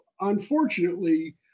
Unfortunately